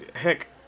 Heck